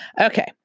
Okay